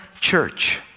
church